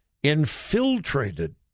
infiltrated